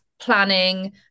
planning